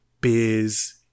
beers